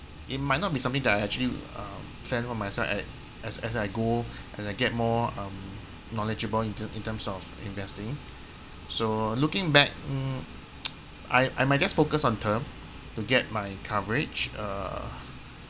it might not be something that I actually um plan for myself ac~ as as I go as I get more um knowledgeable in te~ in terms of investing so looking back mm I I might just focus on term to get my coverage uh